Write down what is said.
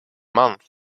month